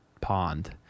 pond